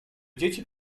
dzieci